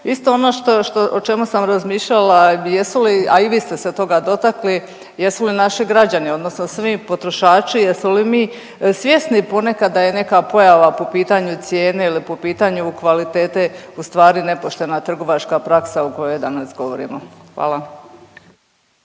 Isto ono što, o čemu sam razmišljala, jesu li, a i vi ste se toga dotakli, jesu li naši građani odnosno svi potrošači, jesmo li mi svjesni ponekad da je neka pojava po pitanju cijene ili po pitanju kvalitete ustvari nepoštena trgovačka praksa o kojoj danas govorimo? Hvala.